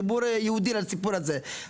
חיבור יהודי לסיפור הזה.